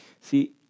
See